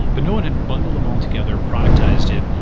but no one had bundled them all together, productized it,